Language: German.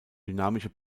dynamische